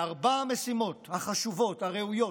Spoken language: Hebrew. וארבע המשימות, החשובות, הראויות,